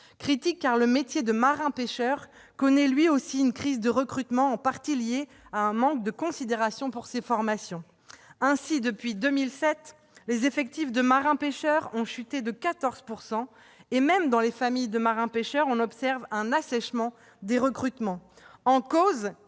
Critique, car le métier de marin-pêcheur connaît lui aussi une crise de recrutement, en partie liée à un manque de considération pour ces formations. Ainsi, depuis 2007, les effectifs de marins-pêcheurs ont chuté de 14 %. Même dans les familles de ces professionnels, on observe un assèchement des recrutements. En cause,